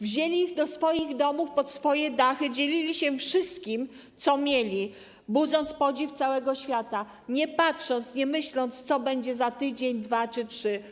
Wzięli ich do swoich domów pod swoje dachy, dzielili się wszystkim, co mieli, budząc podziw całego świata, nie patrząc, nie myśląc, co będzie za tydzień, dwa czy trzy.